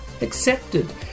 accepted